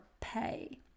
pay